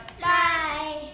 bye